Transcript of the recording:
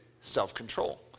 self-control